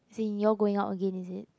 seen you all going out again is it